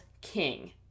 king